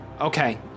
Okay